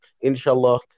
inshallah